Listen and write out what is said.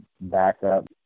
backup